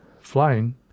flying